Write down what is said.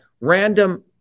Random